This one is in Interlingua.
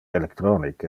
electronic